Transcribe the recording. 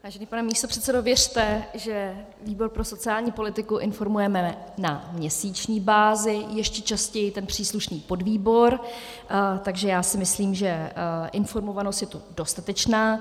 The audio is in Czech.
Vážený pane místopředsedo, věřte, že výbor pro sociální politiku informujeme na měsíční bázi, ještě častěji ten příslušný podvýbor, takže si myslím, že informovanost je tu dostatečná.